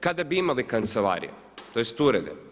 Kada bi imali kancelarije tj. urede.